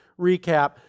recap